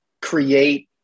create